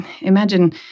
imagine—